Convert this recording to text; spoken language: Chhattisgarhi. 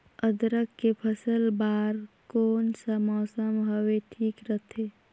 अदरक के फसल बार कोन सा मौसम हवे ठीक रथे?